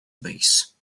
base